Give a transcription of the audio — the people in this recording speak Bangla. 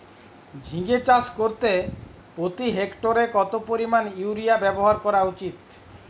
ঝিঙে চাষ করতে প্রতি হেক্টরে কত পরিমান ইউরিয়া ব্যবহার করা উচিৎ?